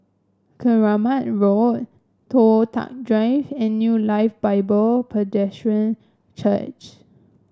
Keramat Road Toh Tuck Drive and New Life Bible Presbyterian Church